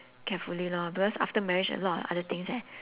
carefully lor because after marriage a lot of other things leh